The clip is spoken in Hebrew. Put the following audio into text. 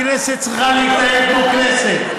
הכנסת צריכה להתנהל כמו כנסת.